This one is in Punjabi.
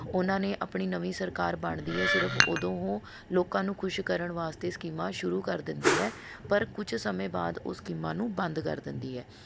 ਉਹਨਾਂ ਨੇ ਆਪਣੀ ਨਵੀਂ ਸਰਕਾਰ ਬਣਦੀ ਹੈ ਸਿਰਫ਼ ਉਦੋਂ ਉਹ ਲੋਕਾਂ ਨੂੰ ਖੁਸ਼ ਕਰਨ ਵਾਸਤੇ ਸਕੀਮਾਂ ਸ਼ੁਰੂ ਕਰ ਦਿੰਦੀ ਹੈ ਪਰ ਕੁਛ ਸਮੇਂ ਬਾਅਦ ਉਹ ਸਕੀਮਾਂ ਨੂੰ ਬੰਦ ਕਰ ਦਿੰਦੀ ਹੈ